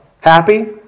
Happy